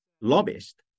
lobbyist